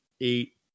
eight